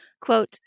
quote